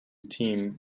team